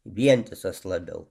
vientisas labiau